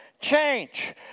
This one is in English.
Change